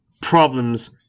problems